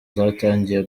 zatangiye